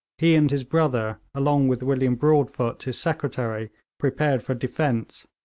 he and his brother, along with william broadfoot his secretary, prepared for defence.